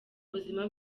ubuzima